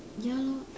ya lor